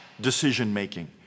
decision-making